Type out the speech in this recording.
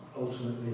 Ultimately